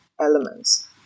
elements